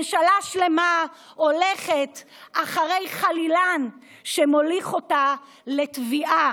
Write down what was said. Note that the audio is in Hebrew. ממשלה שלמה הולכת אחרי חלילן שמוליך אותה לטביעה,